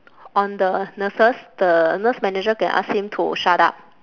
on the nurses the nurse manager can ask him to shut up